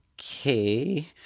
okay